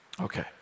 Okay